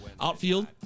outfield